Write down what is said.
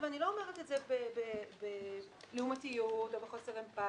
ואני לא אומרת את זה בלעומתיות או בחוסר אמפתיה,